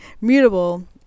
mutable